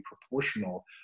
proportional